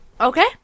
Okay